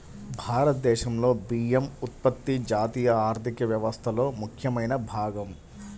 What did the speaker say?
భారతదేశంలో బియ్యం ఉత్పత్తి జాతీయ ఆర్థిక వ్యవస్థలో ముఖ్యమైన భాగం